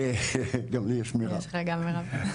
גם לי יש מירב,